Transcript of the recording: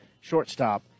shortstop